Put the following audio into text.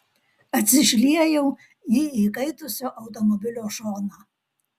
atsišliejau į įkaitusio automobilio šoną